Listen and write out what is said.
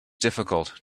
difficult